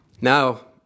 Now